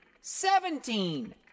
seventeen